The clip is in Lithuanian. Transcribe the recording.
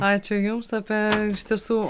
ačiū jums apie iš tiesų